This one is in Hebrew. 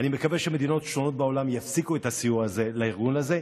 אני מקווה שמדינות שונות בעולם יפסיקו את הסיוע הזה לארגון הזה.